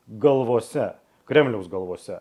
galvose kremliaus galvose